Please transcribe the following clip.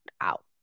out